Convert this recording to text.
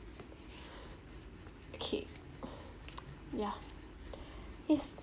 okay yeah yes